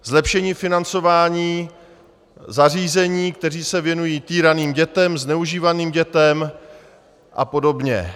Zlepšení financování zařízení, která se věnují týraným dětem, zneužívaným dětem a podobně.